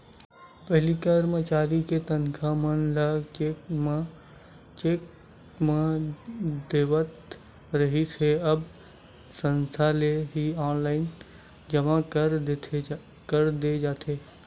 पहिली करमचारी के तनखा मन ल चेक म देवत रिहिस हे अब संस्था ले ही ऑनलाईन जमा कर दे जाथे